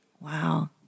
Wow